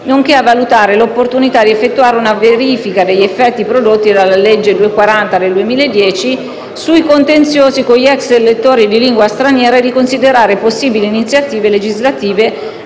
nonché a valutare l'opportunità di effettuare una verifica degli effetti prodotti dalla legge n. 240 del 2010 sui contenziosi con gli ex lettori di lingua straniera e di considerare possibili iniziative legislative